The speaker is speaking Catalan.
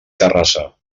terrassa